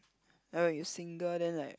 now you single then like